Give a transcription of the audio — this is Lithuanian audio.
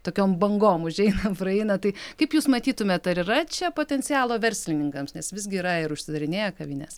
tokiom bangom užeina praeina tai kaip jūs matytumėt ar yra čia potencialo verslininkams nes visgi yra ir užsidarinėja kavinės